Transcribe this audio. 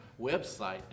website